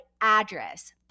address